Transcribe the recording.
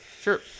Sure